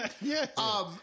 Yes